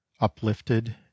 uplifted